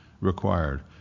required